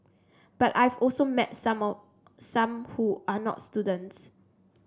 but I've also met some of some who are not students